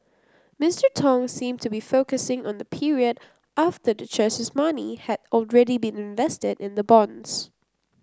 Mister Tong seemed to be focusing on the period after the church's money had already been invested in the bonds